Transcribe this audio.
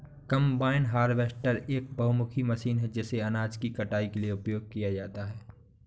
combine harvester एक बहुमुखी machine है जिसे अनाज की कटाई के लिए उपयोग किया जाता है